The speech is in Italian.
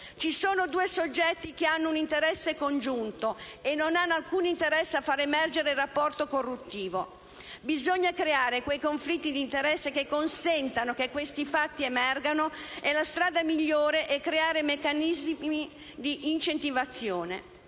ci sono due soggetti che hanno un interesse congiunto, ma non hanno alcun interesse a fare emergere il rapporto corruttivo. Bisogna creare quei conflitti d'interesse che consentano che questi fatti emergano e la strada migliore è creare meccanismi d'incentivazione.